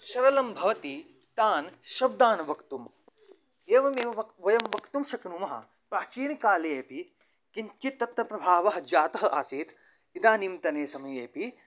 सरलं भवति तान् शब्दान् वक्तुम् एवमेव वक् वयं वक्तुं शक्नुमः प्राचीनकाले अपि किञ्चित् तत्र प्रभावः जातः आसीत् इदानींतने समये अपि